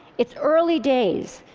it's early days.